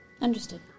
Understood